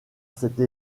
cette